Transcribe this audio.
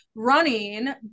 running